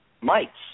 mites